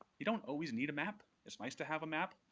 you don't always need a map. it's nice to have a map,